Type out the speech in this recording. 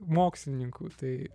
mokslininkų tai